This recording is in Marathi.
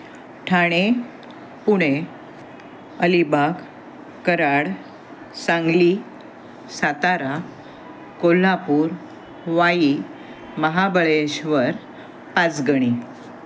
ठाणे पुणे अलिबाग कराड सांगली सातारा कोल्हापूर वाई महाबळेश्वर पाचगणी